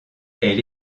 elle